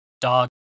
Dog